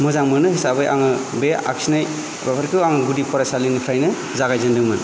मोजां मोनो हिसाबै आङो बे आखिनाय हाबाफारिखौ आं गुदि फरायसालिनिफ्रायनो जागाय जेनदोंमोन